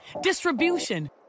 distribution